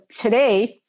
today